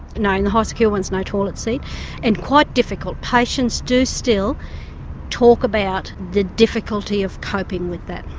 no. in the high secure ones no toilet seat and quite difficult. patients do still talk about the difficulty of coping with that.